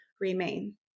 remain